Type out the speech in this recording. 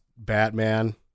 Batman